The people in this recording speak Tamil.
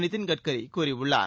நிதின்கட்கரி கூறியுள்ளார்